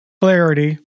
clarity